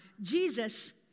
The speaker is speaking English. Jesus